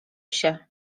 się